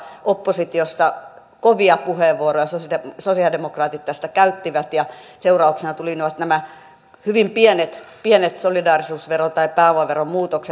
oppositiossa kovia puheenvuoroja sosialidemokraatit tästä käyttivät ja seurauksena tulivat nämä hyvin pienet solidaarisuusvero tai pääomaveromuutokset